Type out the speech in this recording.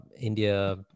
india